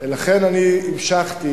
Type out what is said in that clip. לכן אני המשכתי